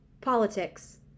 Politics